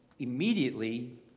Immediately